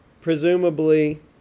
Presumably